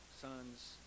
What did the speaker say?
sons